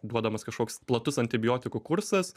duodamas kažkoks platus antibiotikų kursas